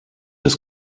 des